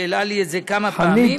שהעלה את זה לפני כמה פעמים.